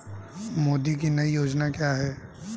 मोदी की नई योजना क्या है?